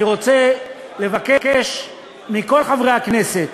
אני רוצה לבקש מכל חברי הכנסת,